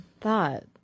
thought